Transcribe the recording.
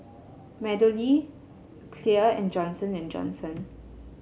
MeadowLea Clear and Johnson And Johnson